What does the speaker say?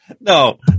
no